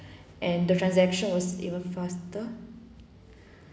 and the transaction was even faster